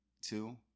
two